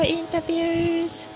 interviews